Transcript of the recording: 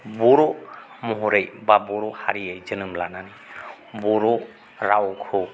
बर' महरै एबा बर' हारियै जोनोम लानानै बर' रावखौ